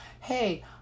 hey